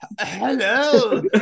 Hello